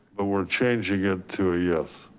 ah we're changing it to a yes.